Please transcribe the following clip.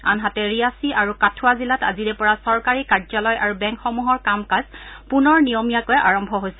আনহাতে ৰিয়াছি আৰু কাঠবা জিলাত আজিৰে পৰা চৰকাৰী কাৰ্যালয় আৰু বেংকসমূহৰ কাম কাজ পুনৰ নিয়মীয়াকৈ আৰম্ভ হৈছে